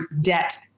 debt